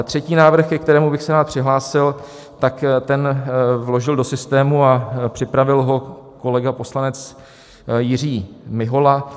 Třetí návrh, ke kterému bych se rád přihlásil, vložil do systému a připravil ho kolega poslanec Jiří Mihola.